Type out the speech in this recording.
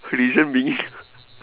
reason being